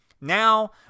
Now